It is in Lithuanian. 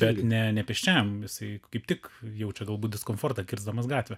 bet ne ne pėsčiajam jisai kaip tik jaučia galbūt diskomfortą kirsdamas gatvę